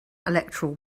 electoral